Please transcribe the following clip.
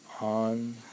on